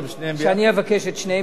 שאני אבקש את שניהם יחד.